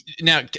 now